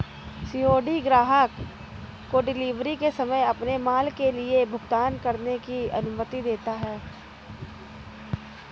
COD ग्राहक को delivery के समय अपने माल के लिए भुगतान करने की अनुमति देता है